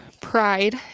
pride